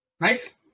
Nice